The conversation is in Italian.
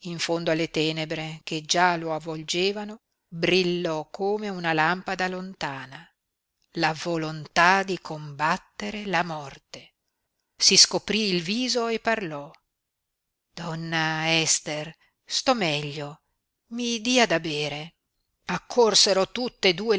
in fondo alle tenebre che già lo avvolgevano brillò come una lampada lontana la volontà di combattere la morte si scoprí il viso e parlò donna ester sto meglio i dia da bere accorsero tutt'e due